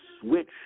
switch